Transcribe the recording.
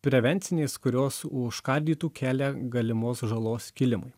prevencinės kurios užkardytų kelią galimos žalos kilimui